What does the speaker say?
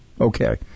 Okay